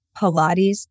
Pilates